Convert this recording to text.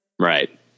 Right